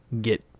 get